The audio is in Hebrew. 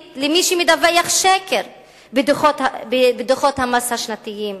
למי שמדווח שקר בדוחות המס השנתיים.